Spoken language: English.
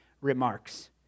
remarks